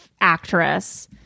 actress